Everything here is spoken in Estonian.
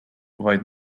vaid